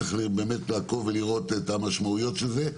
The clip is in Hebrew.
צריך לעקוב ולראות את המשמעויות של זה.